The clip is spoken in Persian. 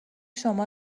شما